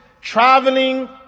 Traveling